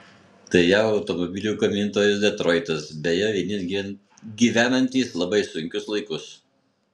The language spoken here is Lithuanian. tai jav automobilių gamintojas detroitas beje gyvenantis labai sunkius laikus